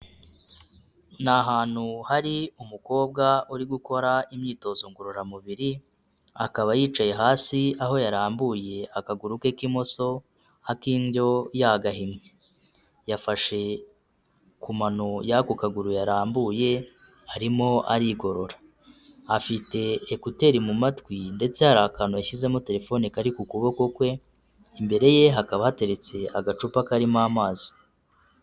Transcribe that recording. Ni ahantu hari umukobwa uri gukora imyitozo ngororamubiri, akaba yicaye hasi aho yarambuye akaguru ke k'imoso, ak'indyo yagahinye. Yafashe ku mano y'ako kaguru yarambuye, arimo arigorora. Afite ekuteri mu matwi ndetse hari akantu yashyizemo telefone kari ku kuboko kwe, imbere ye hakaba hateretse agacupa karimo amazi.